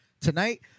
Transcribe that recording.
Tonight